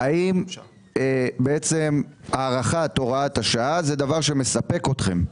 האם הארכת הוראת השעה זה דבר שמספק אתכם?